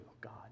God